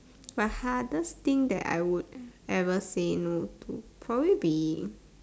my hardest thing that I would ever say no to probably be